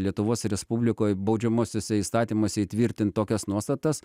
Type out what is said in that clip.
lietuvos respublikoj baudžiamuosiuose įstatymuose įtvirtint tokias nuostatas